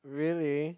really